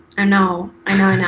um know, i know, i know,